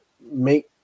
make